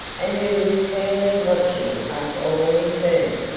and who was keenly watching us all in turn.